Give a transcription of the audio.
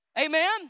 amen